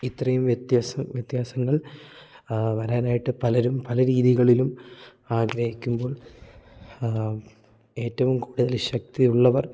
ഇത്രയും വ്യത്യാസ വ്യത്യാസങ്ങൾ വരാനായിട്ട് പലരും പല രീതികളിലും ആഗ്രഹിക്കുമ്പോൾ ഏറ്റവും കൂടുതൽ ശക്തിയുള്ളവർ